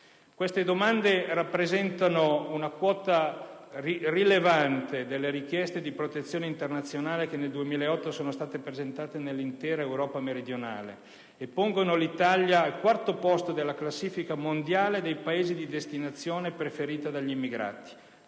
tali domande rappresentano una quota rilevante delle richieste di protezione internazionale che nel 2008 sono state presentate nell'intera Europa meridionale e pongono l'Italia al quarto posto della classifica mondiale dei Paesi di destinazione preferiti dagli immigrati.